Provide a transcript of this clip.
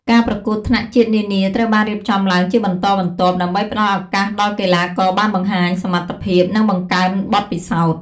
ការប្រកួតថ្នាក់ជាតិនានាត្រូវបានរៀបចំឡើងជាបន្តបន្ទាប់ ដើម្បីផ្ដល់ឱកាសដល់កីឡាករបានបង្ហាញសមត្ថភាព និងបង្កើនបទពិសោធន៍។